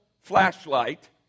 flashlight